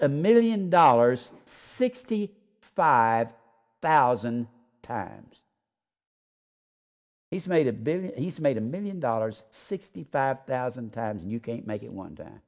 a million dollars sixty five thousand times he's made a billion he's made a million dollars sixty five thousand times and you can't make it one